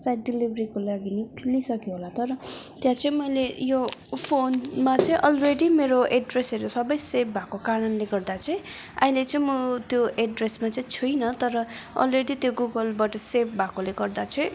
सायद डेलिभेरीको लागि निस्किसक्यो होला तर त्यहाँ चाहिँ मैले यो फोनमा चाहिँ अलरेडी मेरो एड्रेसहरू सबै सेभ भएको कारणले गर्दा चाहिँ अहिले चाहिँ म त्यो एड्रेसमा चाहिँ छुइनँ तर अलरेडी त्यो गुगलबट सेभ भएकोले गर्दा चाहिँ